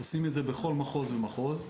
עושים את זה בכל מחוז ומחוז.